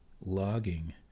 logging